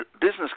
business